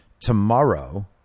tomorrow